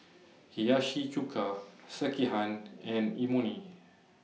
Hiyashi Chuka Sekihan and Imoni